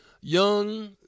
young